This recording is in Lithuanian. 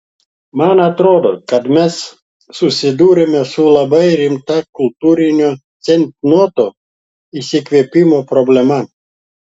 man atrodo kad mes susiduriame su labai rimta kultūrinio ceitnoto išsikvėpimo problema